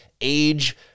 age